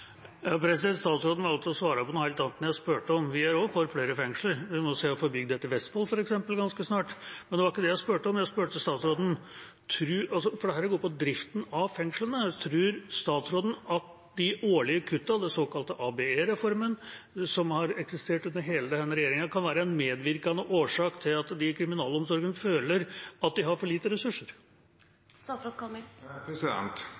Statsråden valgte å svare på noe helt annet enn det jeg spurte om. Vi er også for flere fengsler. Vi må se å få bygd et i Vestfold, f.eks., ganske snart. Men det var ikke det jeg spurte om. Jeg spurte statsråden – dette går på driften av fengslene – om han tror de årlige kuttene, den såkalte ABE-reformen, som har eksistert under hele denne regjeringa, kan være en medvirkende årsak til at de i kriminalomsorgen føler de har for lite